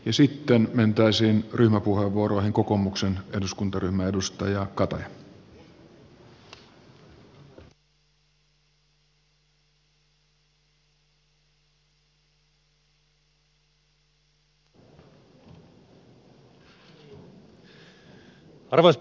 esitteen mentaisiin ryhmäpuheenvuoroja kokoomuksen eduskuntaryhmän arvoisa puhemies